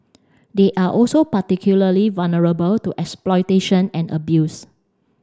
they are also particularly vulnerable to exploitation and abuse